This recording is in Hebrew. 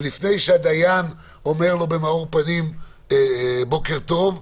לפני שהדיין אמר לו במאור פנים בוקר טוב,